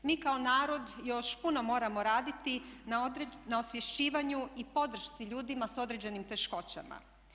Mi kao narod još puno moramo raditi na osvješćivanju i podršci ljudima s određenim teškoćama.